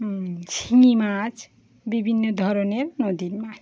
শিঙি মাছ বিভিন্ন ধরনের নদীর মাছ